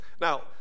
Now